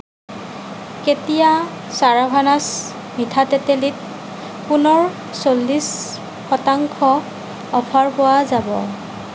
কেতিয়া চাৰাভানাছ মিঠা তেতেলীত পুনৰ চল্লিছ শতাংশ অফাৰ পোৱা যাব